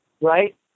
right